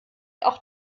auch